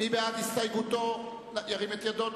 מי בעד, ירים את ידו.